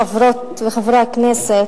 חברות וחברי הכנסת,